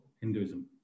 Hinduism